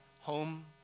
home